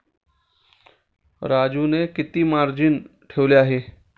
राजूने किती मार्जिन ठेवले आहे?